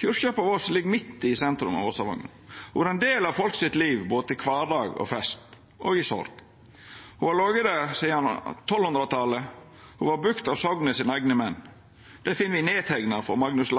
Kyrkja på Voss ligg midt i sentrum av Vossevangen. Ho har vore ein del av folk sitt liv både til kvardag og fest – og i sorg. Ho har lege der sidan 1200-talet, ho var bygd av soknet sine eigne menn. Det finn me nedteikna frå Magnus